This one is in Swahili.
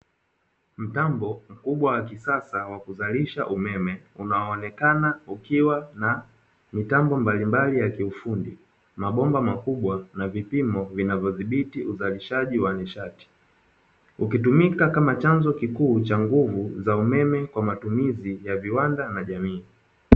Mtambo mkubwa wa kisasa wa kuzalisha umeme, unaoonekana ukiwa na mitambo mbalimbali ya kiufundi mabomba makubwa na vipimo vinavyodhibiti uzalishaji wa nishati, ukitumika kama chanzo kikuu cha nguvu za umeme kwa matumizi ya viwanda na jamii.